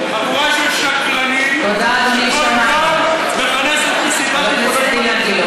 חבורה של שקרנים שכל פעם מכנסת מסיבת עיתונאים,